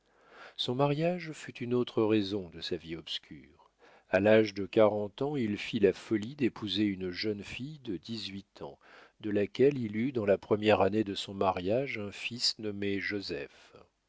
son mariage fut une autre raison de sa vie obscure a l'âge de quarante ans il fit la folie d'épouser une jeune fille de dix-huit ans de laquelle il eut dans la première année de son mariage un fils nommé joseph